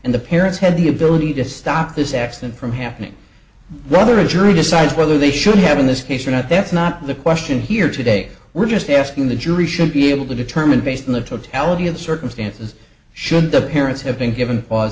and the parents had the ability to stop this accident from happening rather a jury decides whether they should have in this case or not that's not the question here today we're just asking the jury should be able to determine based on the totality of circumstances should the parents have been given pause